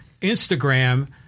Instagram